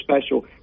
special